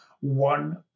one